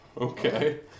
Okay